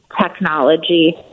technology